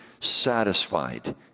satisfied